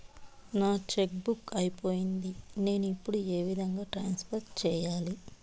నా cheque book అయిపోయింది నేను ఇప్పుడు ఏ విధంగా ట్రాన్స్ఫర్ సేయాలి?